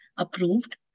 approved